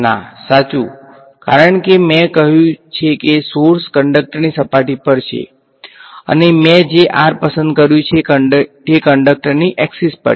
ના સાચું કારણ કે મેં કહ્યું છે કે સોર્સ કંડક્ટરની સપાટી પર છે અને મેં જે r પસંદ કર્યું છે તે કંડક્ટરની અક્ષીસ પર છે